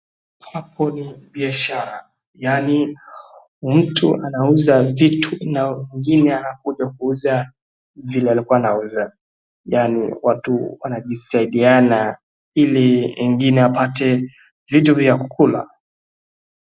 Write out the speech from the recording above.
Hapo ni biashara yaani mtu anauza vitu na wengine wanakuja kuuza vile alikua anauuza yaani watu wanjisaidiana ili mwingine apate vitu vya kukula.